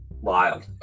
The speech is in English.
wild